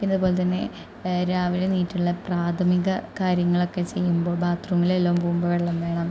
ഇതേപോലെ തന്നെ രാവിലെ എണ്ണീറ്റുള്ള പ്രാഥമിക കാര്യങ്ങളൊക്കെ ചെയ്യുമ്പോൾ ബാത് റൂമുകളിലെല്ലാം പോകുമ്പോൾ വെള്ളം വേണം